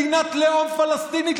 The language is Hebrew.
מדינת לאום פלסטינית,